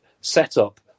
setup